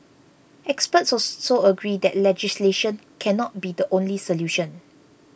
experts also agree that legislation cannot be the only solution